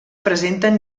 presenten